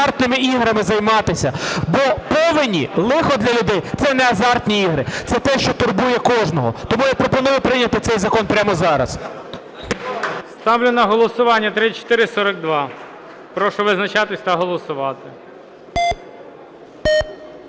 Ставлю на голосування 3468. Прошу визначатися та голосувати.